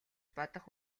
бодох